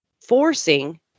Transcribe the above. forcing